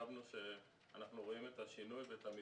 וחשבנו שאנחנו רואים את השינוי ואת המפנה,